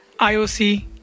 IOC